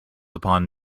upon